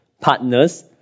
partners